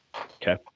Okay